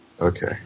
okay